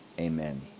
amen